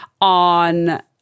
on